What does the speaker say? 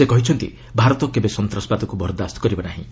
ସେ କହିଛନ୍ତି ଭାରତ କେବେ ସନ୍ତାସବାଦକୁ ବରଦାସ୍ତ କରିବ ନାହିଁ